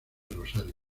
rosario